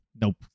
Nope